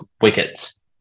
wickets